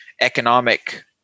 economic